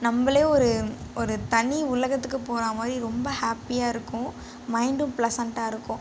நம்மளே ஒரு ஒரு தனி உலகத்துக்கு போன மாதிரி ரொம்ப ஹாப்பியாக இருக்கும் மைண்டும் ப்ளெசென்ட்டாக இருக்கும்